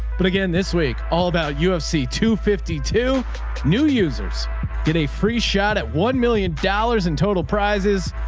but again, this week all about ufc two fifty two new users get a free shot at one million dollars in total prizes.